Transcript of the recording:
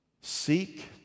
Seek